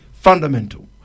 fundamental